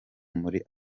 muri